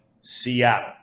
Seattle